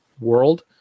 world